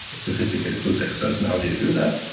sophisticated, full text search. and how do you do that?